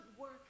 work